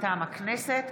מטעם הכנסת,